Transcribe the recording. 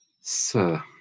sir